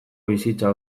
bizitza